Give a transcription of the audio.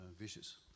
vicious